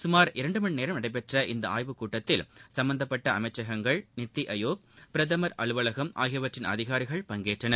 சுமார் இரண்டு மணி நேரம் நடைபெற்ற இந்த ஆய்வுக் கூட்டத்தில் சம்பந்தப்பட்ட அமைச்சகங்கள் நித்தி ஆயோக் பிரதம் அலுவலகம் ஆகியவற்றின் அதிகாரிகள் பங்கேற்றனர்